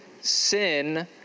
Sin